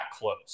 close